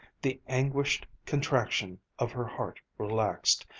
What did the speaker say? the anguished contraction of her heart relaxed.